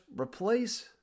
replace